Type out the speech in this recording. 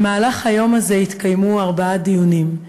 במהלך היום הזה התקיימו ארבעה דיונים: